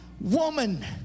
woman